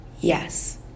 Yes